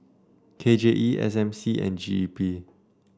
K J E S M C and G E P